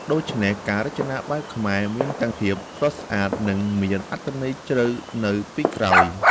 ដូច្នេះការរចនាបែបខ្មែរមានទាំងភាពស្រស់ស្អាត និងមានអត្ថន័យជ្រៅនៅពីក្រោយ។